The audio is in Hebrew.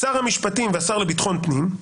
שר המשפטים והשר לביטחון פנים,